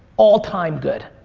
all-time good.